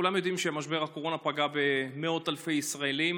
כולם יודעים שמשבר הקורונה פגע במאות אלפי ישראלים,